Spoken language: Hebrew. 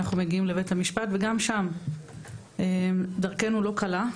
אנחנו מגיעים לבית המשפט וגם שם דרכנו לא קלה,